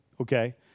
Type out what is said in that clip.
okay